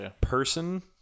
person